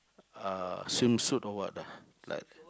uh swimsuit or what lah